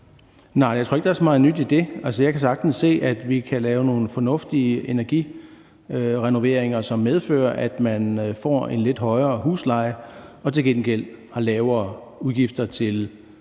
Nej, jeg tror ikke, at der er så meget nyt i det. Jeg kan sagtens se, at vi kan lave nogle fornuftige energirenoveringer, som medfører, at man får en lidt højere husleje og til gengæld har lavere udgifter til